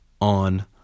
On